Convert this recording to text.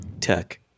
tech